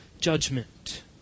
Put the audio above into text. judgment